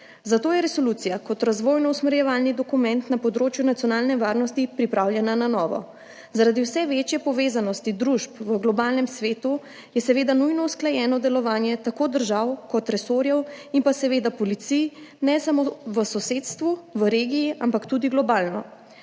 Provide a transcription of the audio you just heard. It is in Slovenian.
zato je resolucija kot razvojno-usmerjevalni dokument na področju nacionalne varnosti pripravljena na novo. Zaradi vse večje povezanosti družb v globalnem svetu je seveda nujno usklajeno delovanje tako držav kot resorjev in seveda policij, ne samo v sosedstvu, v regiji, ampak tudi globalno.